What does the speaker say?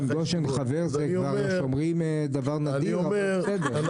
עם מר גושן חבר זה כבר יש אומרים דבר נדיר אבל בסדר,